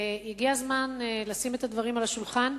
הגיע הזמן לשים את הדברים על השולחן,